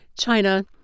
China